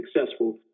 successful